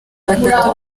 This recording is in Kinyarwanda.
batatu